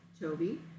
Toby